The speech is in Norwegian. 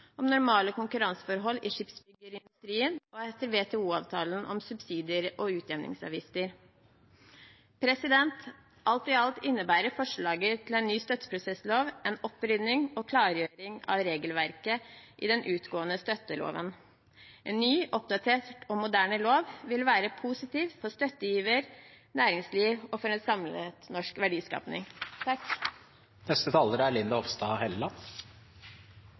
om normale konkurranseforhold i skipsbyggerindustrien og etter WTO-avtalen om subsidier og utjevningsavgifter. Alt i alt innebærer forslaget til en ny støtteprosesslov en opprydning og klargjøring av regelverket i den utgående støtteloven. En ny, oppdatert og moderne lov vil være positiv for støttegiver, for næringsliv og for samlet norsk